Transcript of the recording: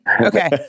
Okay